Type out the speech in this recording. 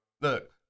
Look